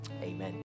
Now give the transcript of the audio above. amen